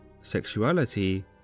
sexuality